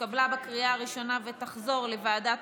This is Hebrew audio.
התקבלה בקריאה הראשונה ותחזור לוועדת